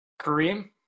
Kareem